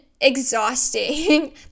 exhausting